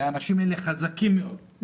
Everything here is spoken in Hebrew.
והאנשים האלה חזקים מאוד,